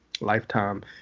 Lifetime